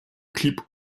clip